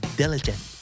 diligent